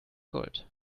gold